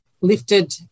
lifted